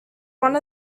one